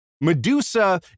Medusa